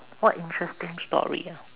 what interesting story ah